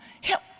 Help